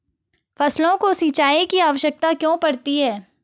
फसलों को सिंचाई की आवश्यकता क्यों पड़ती है?